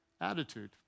attitude